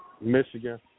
Michigan